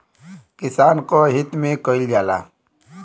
किसान क हित में कईल जाला